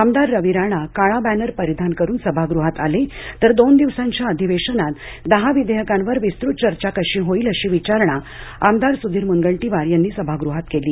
आमदार रवीराणा काळा बॅनर परिधान करुन सभागृहात आले तर दोन दिवसांच्या अधिवेशनात दहा विधेयकांवर विस्तृत चर्चा कशी होईल अशी विचारणा आमदार सुधीर मुनगंटीवार यांनी सभागृहात केली